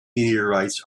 meteorites